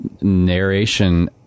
narration